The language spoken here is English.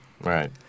Right